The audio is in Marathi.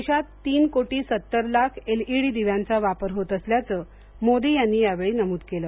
देशात तीन कोटी सत्तर लाख एल ईडी दिव्यांचा वापर होत आसल्याचं मोदी यांनी या वेळी नमूद केलं